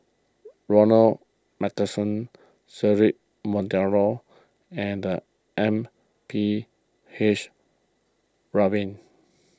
Ronald MacPherson Cedric Monteiro and M P H Rubin